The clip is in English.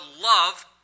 love